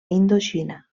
indoxina